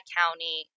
county